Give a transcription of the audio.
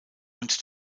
und